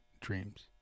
dreams